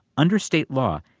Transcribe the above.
under state law,